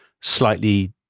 slightly